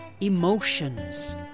emotions